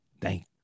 thank